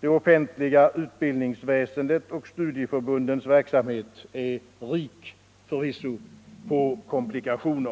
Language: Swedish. det offentliga utbildningsväsendet och studieförbundens verksamhet är Nr 83 förvisso rik på :komplikationer.